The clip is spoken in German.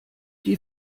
die